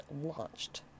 launched